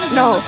no